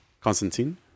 constantine